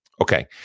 Okay